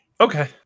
Okay